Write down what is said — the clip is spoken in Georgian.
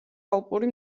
ალპური